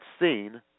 seen